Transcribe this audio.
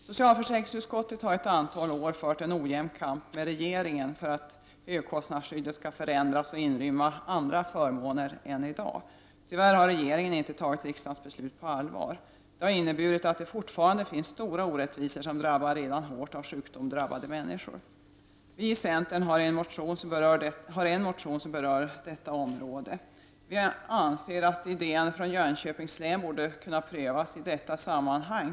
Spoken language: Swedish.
Socialförsäkringsutskottet har under ett antal år fört en ojämn kamp med regeringen för att högkostnadsskyddet skall förändras och inrymma andra förmåner än vad det gör i dag. Tyvärr har regeringen inte tagit riksdagens beslut på allvar. Det har inneburit att det fortfarande finns stora orättvisor som träffar människor som redan är hårt drabbade av sjukdom. Vi i centern har lagt en motion på detta område. Vi anser att den idén som används i Jönköpings län borde kunna prövas i detta sammanhang.